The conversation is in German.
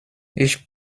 ich